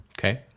Okay